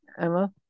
emma